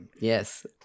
yes